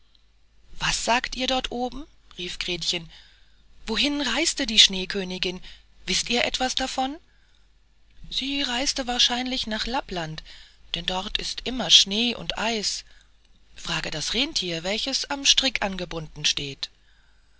was sagt ihr dort oben rief gretchen wohin reiste die schneekönigin wißt ihr etwas davon sie reiste wahrscheinlich nach lappland denn dort ist immer schnee und eis frage das renntier welches am strick angebunden steht